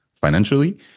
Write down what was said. financially